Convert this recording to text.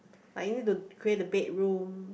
are you the create the bed room